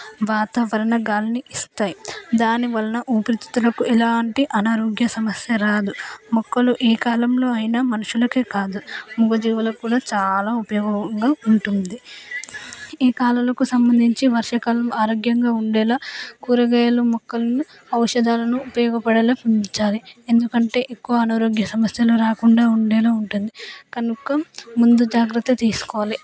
వాతావరణ గాలులని ఇస్తాయి దాని వలన ఊపిరిదిద్దులకు ఎలాంటి అనారోగ్య సమస్య రాదు మొక్కలు ఏ కాలంలో అయినా మనుషులకే కాదు మూగజీవులకు కూడా చాలా ఉపయోగంగా ఉంటుంది ఏ కాలాలకు సంబంధించి వర్షాకాలం ఆరోగ్యంగా ఉండేలా కూరగాయలు మొక్కలను ఔషధాలను ఉపయోగపడేలా ఉంచాలి ఎందుకంటే ఎక్కువ అనారోగ్య సమస్యలు రాకుండా ఉండెను ఉంటుంది కనుక ముందు జాగ్రత్త తీసుకోవాలి